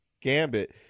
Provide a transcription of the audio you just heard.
Gambit